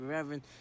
Reverend